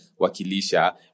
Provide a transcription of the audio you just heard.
Wakilisha